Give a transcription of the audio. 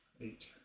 eight